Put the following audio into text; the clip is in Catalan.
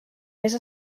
més